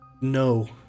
no